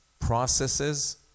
processes